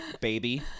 baby